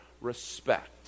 respect